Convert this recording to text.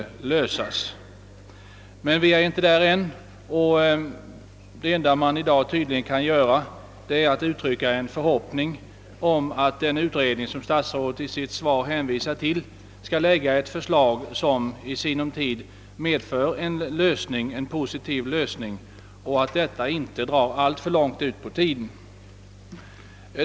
Vi är emellertid inte där än, och det enda man kan göra i dag är tydligen att uttrycka en förhoppning om att den utredning som statsrådet hänvisar till i sitt svar skall framlägga förslag till lösning och att detta sker utan alltför lång tidsutdräkt.